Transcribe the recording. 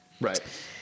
right